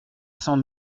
cent